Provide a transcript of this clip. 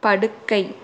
படுக்கை